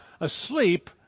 asleep